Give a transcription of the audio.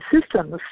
systems